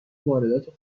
واردات